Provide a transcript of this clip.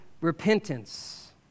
repentance